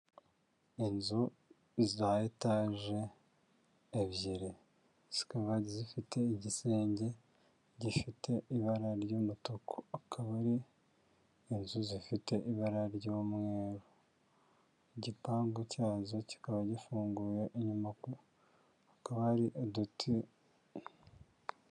Inzu za etaje ebyiri zikaba zifite igisenge gifite ibara ry'umutuku, akaba ari inzu zifite ibara ry'umweru, igipangu cyazo kikaba gifunguye inyuma hakaba ari uduti.